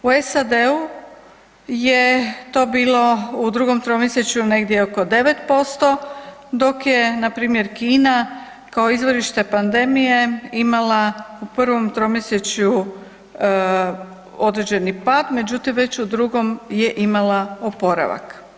U SAD-u je to bilo u drugom tromjesečju negdje oko 9%, dok je na primjer Kina kao izvorište pandemije imala u prvom tromjesečju određeni pad, međutim već u drugom je imala oporavak.